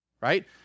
right